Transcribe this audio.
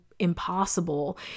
impossible